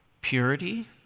Purity